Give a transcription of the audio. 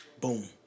Boom